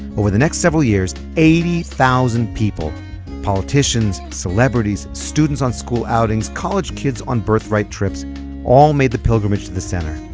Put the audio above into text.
over the next several years, eighty thousand people politicians, celebrities, students on school outings, college kids on birthright trips all made the pilgrimage to the center.